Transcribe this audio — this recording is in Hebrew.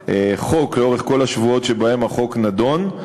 החוק, לאורך כל השבועות שבהם החוק נדון.